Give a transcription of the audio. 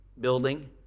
building